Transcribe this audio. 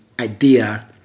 idea